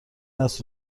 است